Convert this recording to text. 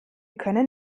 können